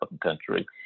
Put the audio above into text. country